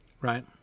Right